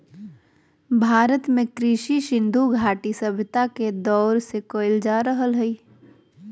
भारत में कृषि सिन्धु घटी सभ्यता के दौर से कइल जा रहलय हें